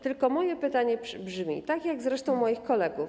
Tylko moje pytanie brzmi, tak jak zresztą moich kolegów: